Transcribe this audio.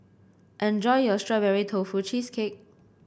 enjoy your Strawberry Tofu Cheesecake